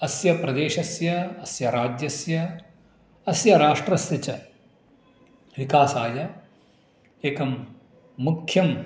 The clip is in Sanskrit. अस्य प्रदेशस्य अस्य राज्यस्य अस्य राष्ट्रस्य च विकासाय एकं मुख्यं